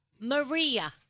Maria